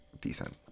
decent